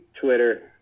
Twitter